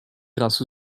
grâce